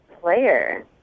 player